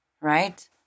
Right